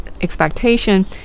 expectation